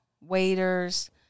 waiters